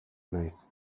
naiz